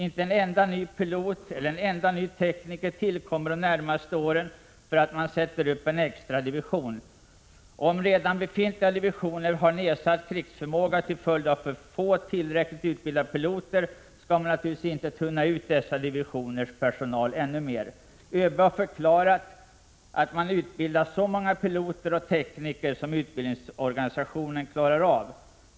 Inte en enda ny pilot eller en enda ny tekniker tillkommer de närmaste åren för att man sätter upp en extra division. Och om redan befintliga divisioner har nedsatt krigsförmåga till följd av för få tillräckligt utbildade piloter, skall man naturligtvis inte tunna ut dessa divisioners personal ännu mer. ÖB har förklarat att man utbildar så många piloter och tekniker som utbildningsorganisationen klarar av.